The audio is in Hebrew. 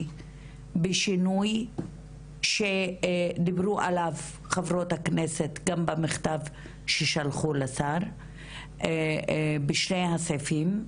בשינוי שדיברו עליו חברות הכנסת גם במכתב ששלחו לשר בשני הסעיפים,